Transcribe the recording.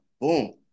Boom